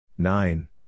Nine